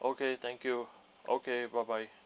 okay thank you okay bye bye